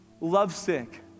lovesick